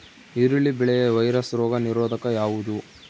ಈರುಳ್ಳಿ ಬೆಳೆಯ ವೈರಸ್ ರೋಗ ನಿರೋಧಕ ಯಾವುದು?